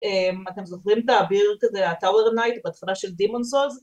אתם זוכרים את האביר כזה ה-Tower Knight בהתחלה של Demon's Souls?